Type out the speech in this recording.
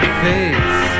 face